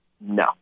No